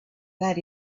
that